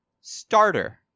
Starter